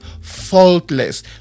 faultless